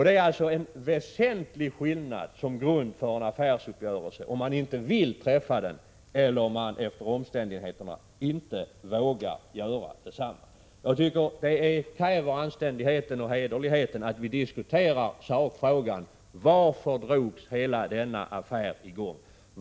Det är en väsentlig skillnad om man drar sig ur en affärsuppgörelse på grund av att man inte vill fullfölja den eller om man inte vågar göra det på grund av omständigheterna. Anständigheten och hederligheten kräver att vi diskuterar sakfrågan: Varför drogs hela denna affär i gång?